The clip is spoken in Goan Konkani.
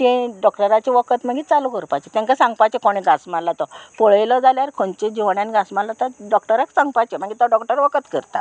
तें डॉक्टराचें वखद मागीर चालू करपाचें तांकां सांगपाचें कोणें घांस मारला तो पळयलो जाल्यार खंयच्या जिवण्यान घांस मारला तो डॉक्टराक सांगपाचें मागीर तो डॉक्टर वखद करता